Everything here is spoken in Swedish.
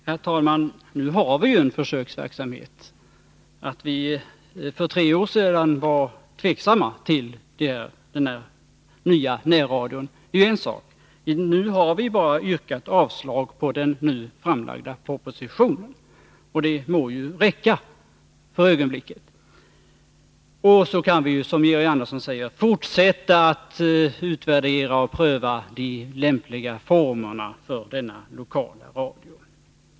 Herr talman! Nu har vi en försöksverksamhet. Att vi för tre år sedan var tveksamma till den nya närradion är en sak, nu har vi bara yrkat avslag på den framlagda propositionen. Och det må räcka för ögonblicket. Vi kan, som Georg Andersson säger, fortsätta att utvärdera och pröva de lämpligaste formerna för denna lokalradio.